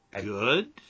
good